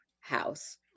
house